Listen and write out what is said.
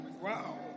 Wow